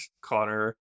Connor